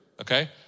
okay